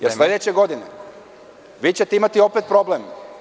Jer sledeće godine, vi ćete imati opet problem.